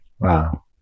wow